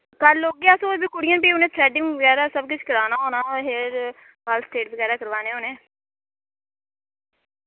कल औगे अस और बी कुड़ियां फ्ही उ'नै थ्रैडिंग बगैरा सब किश कराना होना हेयर बाल स्ट्रेट बगैरा कराने होन्ने